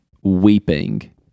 weeping